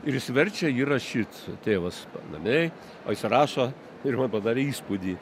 ir jis verčia jį rašyt tėvas panamėj o jis rašo ir man padarė įspūdį